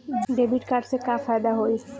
Debit card से का फायदा होई?